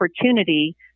opportunity